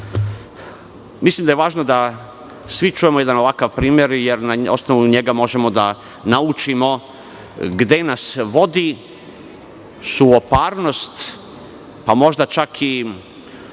Mislim da je važno da svi čujemo jedan ovakav primer, jer na osnovu njega možemo da naučimo gde nas vodi suvoparnost, pa možda čak i